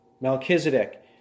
Melchizedek